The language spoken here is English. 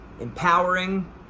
empowering